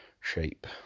shape